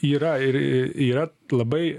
yra ir yra labai